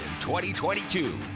2022